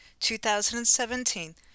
2017